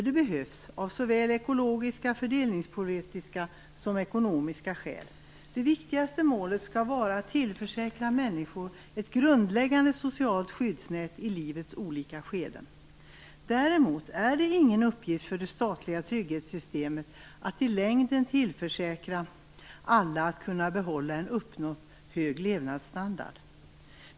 Det behövs av såväl ekologiska, fördelningspolitiska som ekonomiska skäl. Det viktigaste målet skall vara att tillförsäkra människor ett grundläggande socialt skyddsnät i livets olika skeden. Däremot är det ingen uppgift för det statliga trygghetssystemet att i längden tillförsäkra alla att kunna behålla en uppnådd hög levnadsstandard.